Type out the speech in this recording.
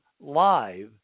live